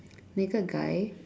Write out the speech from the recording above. naked guy